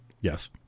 Yes